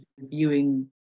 viewing